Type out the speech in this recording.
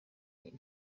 iyi